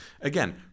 Again